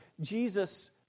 Jesus